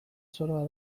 zoroa